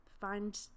find